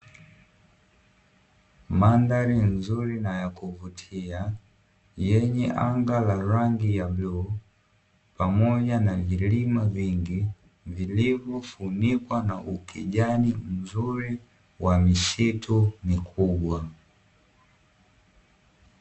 Mandhari nzuri na ya kuvutia, yenye anga la rangi ya bluu, pamoja na vilima vingi vilivyofunikwa na ukijani mzuri, wa misitu mikubwa.